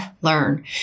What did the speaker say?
learn